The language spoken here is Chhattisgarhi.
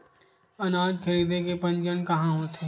अनाज खरीदे के पंजीयन कहां होथे?